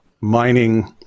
mining